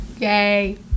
Yay